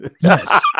yes